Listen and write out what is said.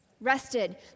rested